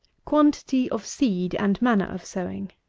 quantity of seed and manner of sowing.